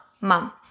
mom